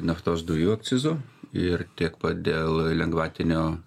naftos dujų akcizo ir tiek pat dėl lengvatinio